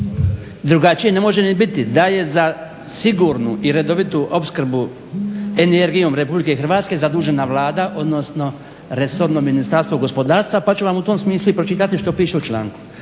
drugačije ne može ni biti da je za sigurnu i redovitu opskrbu energijom RH zadužena Vlada odnosno resorno Ministarstvo gospodarstva pa ću vam u tom smislu i pročitati što piše u članku.